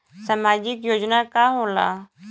सामाजिक योजना का होला?